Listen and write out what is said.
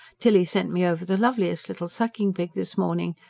tilly sent me over the loveliest little sucking-pig this morning.